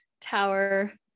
tower